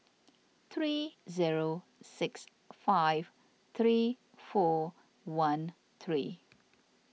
three zero six five three four one three